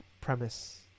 premise